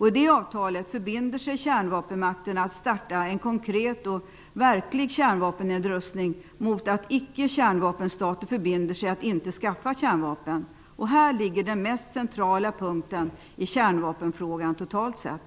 I det avtalet förbinder sig kärnvapenmakterna att starta en konkret och verklig kärnvapennedrustning mot att icke-kärnvapenstater förbinder sig att inte skaffa kärnvapen. Här ligger den mest centrala punkten i kärnvapenfrågan totalt sett.